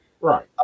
right